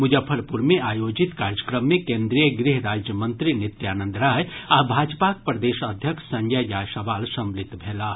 मुजफ्फरपुर मे आयोजित कार्यक्रम मे केंद्रीय गृह राज्य मंत्री नित्यानंद राय आ भाजपाक प्रदेश अध्यक्ष संजय जायसवाल सम्मिलित भेलाह